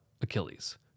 Achilles